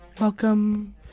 Welcome